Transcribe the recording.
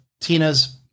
Tina's